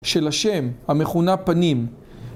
של השם המכונה פנים